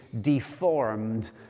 deformed